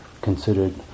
considered